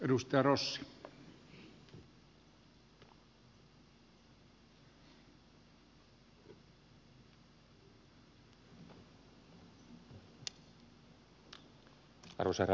arvoisa herra puhemies